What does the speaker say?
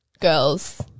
girls